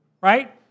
right